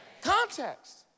Context